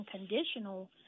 unconditional